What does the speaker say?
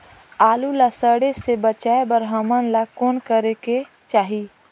आलू ला सड़े से बचाये बर हमन ला कौन करेके चाही?